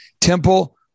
temple